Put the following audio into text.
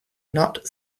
not